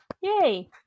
Yay